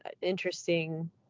interesting –